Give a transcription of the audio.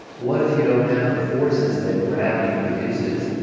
what if you don't have the forces that gravity produces?